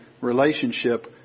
relationship